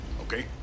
okay